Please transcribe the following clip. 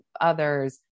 others